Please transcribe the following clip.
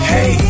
Hey